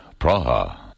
Praha